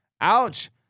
Ouch